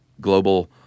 global